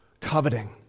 coveting